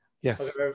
Yes